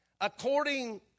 According